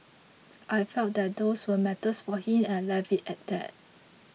I felt that those were matters for him and I left it at that